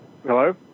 Hello